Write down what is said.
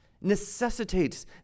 necessitates